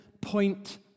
point